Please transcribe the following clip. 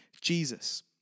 Jesus